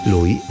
Lui